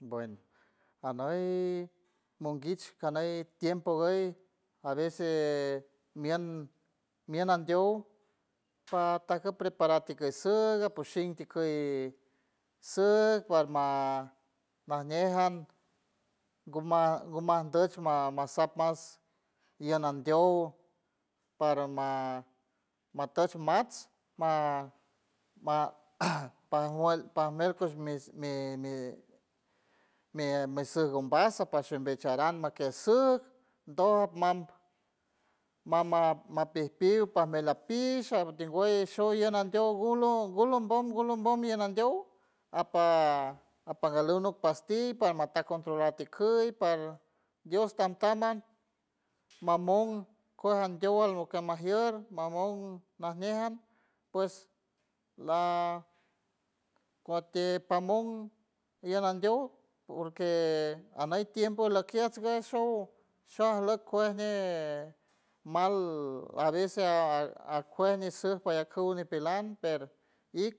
Buen anüy monguich caney tiempo güey a veces mient nandiow patajku preparar tikuy suy ps shin tikuy suyj parma najñe jan guma guma anduch guma masap mas ien andiow parma matuch mats ma- ma pajmuelt pajmuelt kush mi- mi- mi- mi suj ombas apasush ombey acharan makiej suj doj mam ma- ma- maj pipiw pamuel apish arti güey sho lley andiow gulo gulombom gulombom melandiow apa- apagaluw nok pasti parma taj controlar tikuy par dios tamtam man mamon kuej andoiw lo que majier mamon najñe jan pues la cuati pamon dienandiow porque aney tiempo lakiech guey show shey ajleck kuej ñi mal a veces a- ajkuej nisuj payaku ñipelan per ik